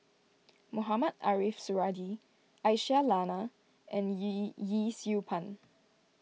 Mohamed Ariff Suradi Aisyah Lyana and Yee Yee Siew Pun